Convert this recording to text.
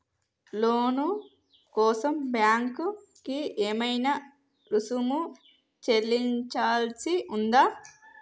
లోను కోసం బ్యాంక్ కి ఏమైనా రుసుము చెల్లించాల్సి ఉందా?